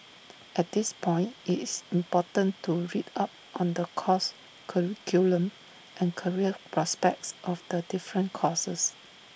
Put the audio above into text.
at this point IT is important to read up on the course curriculum and career prospects of the different courses